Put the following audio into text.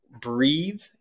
breathe